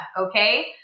okay